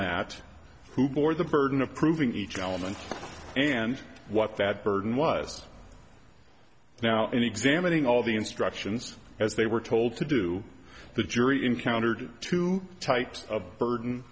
that who bore the burden of proving each element and what that burden was now in examining all the instructions as they were told to do the jury encountered two types of burden